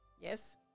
Yes